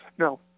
No